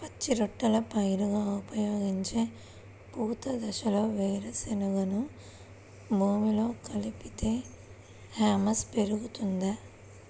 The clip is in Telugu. పచ్చి రొట్టెల పైరుగా ఉపయోగించే పూత దశలో వేరుశెనగను భూమిలో కలిపితే హ్యూమస్ పెరుగుతుందా?